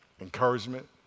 encouragement